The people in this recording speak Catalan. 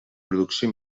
producció